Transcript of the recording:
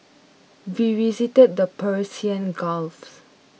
we visited the Persian Gulf's